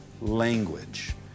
language